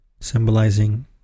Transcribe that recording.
symbolizing